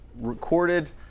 recorded